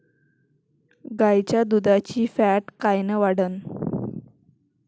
गाईच्या दुधाची फॅट कायन वाढन?